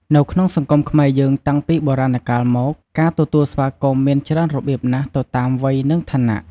នៅក្នុងសង្គមខ្មែរយើងតាំងពីបុរាណកាលមក ការទទួលស្វាគមន៍មានច្រើនរបៀបណាស់ទៅតាម វ័យ និងឋានៈ។